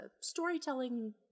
storytelling